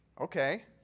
okay